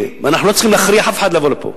ואנחנו לא צריכים להכריח אף אחד לבוא לפה.